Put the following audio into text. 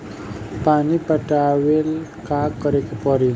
पानी पटावेला का करे के परी?